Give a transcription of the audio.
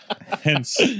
Hence